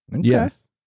yes